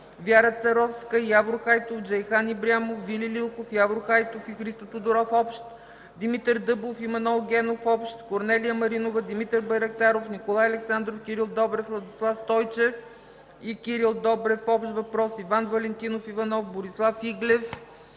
Вяра Церовска, Явор Хайтов, Джейхан Ибрямов, Вили Лилков, Явор Хайтов и Христо Тодоров – общ, Димитър Дъбов и Манол Генов – общ, Корнелия Маринова, Димитър Байрактаров, Николай Александров, Кирил Добрев, Радослав Стойчев и Кирил Добрев – общ въпрос, Иван Валентинов Иванов, Борислав Иглев,